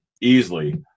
easily